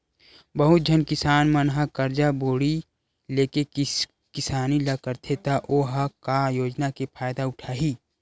बहुत झन किसान मन ह करजा बोड़ी लेके किसानी ल करथे त ओ ह का योजना के फायदा उठाही